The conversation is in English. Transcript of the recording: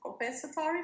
compensatory